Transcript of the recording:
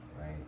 right